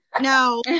No